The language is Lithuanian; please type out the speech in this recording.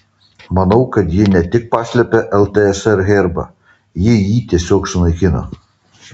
manau kad ji ne tik paslėpė ltsr herbą ji jį tiesiog sunaikino